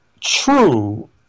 true